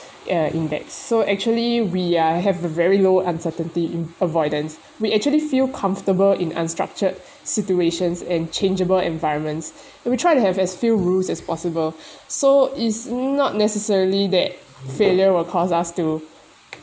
uh index so actually we are have a very low uncertainty in avoidance we actually feel comfortable in unstructured situations and changeable environments and we try to have as few rules as possible so it's not necessarily that failure will cause us to